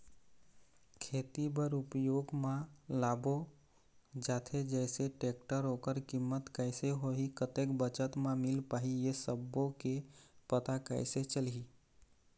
खेती बर उपयोग मा लाबो जाथे जैसे टेक्टर ओकर कीमत कैसे होही कतेक बचत मा मिल पाही ये सब्बो के पता कैसे चलही?